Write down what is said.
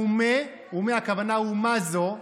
ומה, הכוונה: ומה זו?